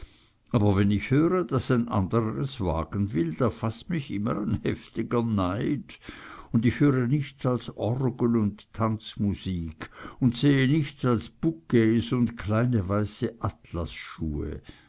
aber wenn ich höre daß ein anderer es wagen will da faßt mich immer ein heftiger neid und ich höre nichts als orgel und tanzmusik und sehe nichts als bouquets und kleine weiße